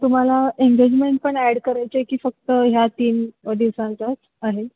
तुम्हाला एंगेजमेंट पण ॲड करायचं आहे की फक्त ह्या तीन दिवसांचाच आहे